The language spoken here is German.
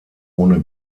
ohne